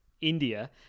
India